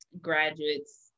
Graduates